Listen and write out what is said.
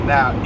Now